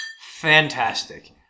fantastic